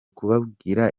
kubabwira